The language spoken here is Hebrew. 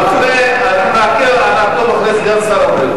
נעקוב אחרי סגן שר הבריאות.